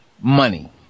money